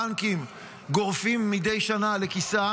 שהבנקים גורפים מדי שנה לכיסם,